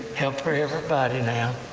help her, everybody now.